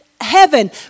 Heaven